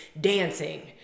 dancing